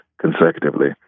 consecutively